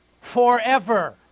forever